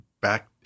back